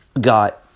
got